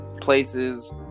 places